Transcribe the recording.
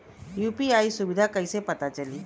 UPI सुबिधा कइसे पता चली?